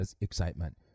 excitement